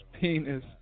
penis